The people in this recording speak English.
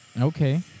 Okay